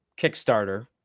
Kickstarter